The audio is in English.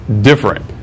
different